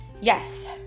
yes